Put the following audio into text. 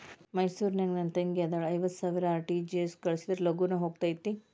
ಮೈಸೂರ್ ನಾಗ ನನ್ ತಂಗಿ ಅದಾಳ ಐವತ್ ಸಾವಿರ ಆರ್.ಟಿ.ಜಿ.ಎಸ್ ಕಳ್ಸಿದ್ರಾ ಲಗೂನ ಹೋಗತೈತ?